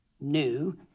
new